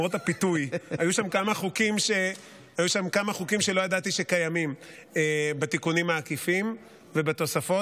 היו שם כמה חוקים שלא ידעתי שקיימים בתיקונים העקיפים ובתוספות.